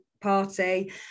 party